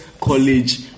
College